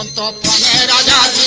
um da da da